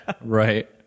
right